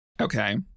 Okay